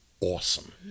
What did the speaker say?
awesome